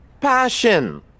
Passion